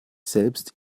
selbst